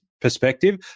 perspective